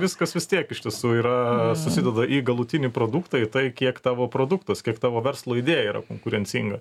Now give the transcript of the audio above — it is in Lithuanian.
viskas vis tiek iš tiesų yra susideda į galutinį produktą į tai kiek tavo produktas kiek tavo verslo idėja yra konkurencinga